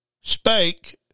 spake